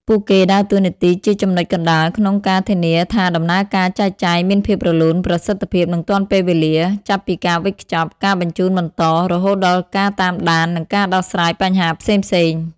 ពួកគេដើរតួនាទីជាចំណុចកណ្តាលក្នុងការធានាថាដំណើរការចែកចាយមានភាពរលូន ប្រសិទ្ធភាព និងទាន់ពេលវេលា ចាប់ពីការវេចខ្ចប់ ការបញ្ជូនបន្ត រហូតដល់ការតាមដាន និងការដោះស្រាយបញ្ហាផ្សេងៗ។